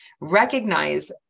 Recognize